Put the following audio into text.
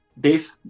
Dave